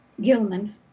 Gilman